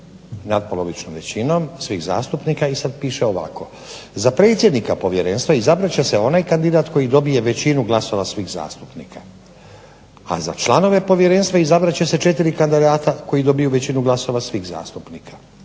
i sad piše ovako